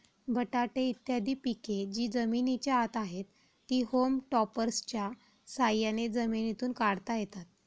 बटाटे इत्यादी पिके जी जमिनीच्या आत आहेत, ती होम टॉपर्सच्या साह्याने जमिनीतून काढता येतात